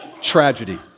tragedy